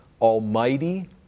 Almighty